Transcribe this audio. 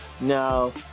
now